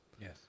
Yes